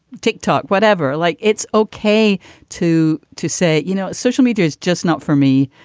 tick-tock, whatever. like, it's okay to to say, you know, social media is just not for me.